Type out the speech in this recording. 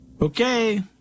Okay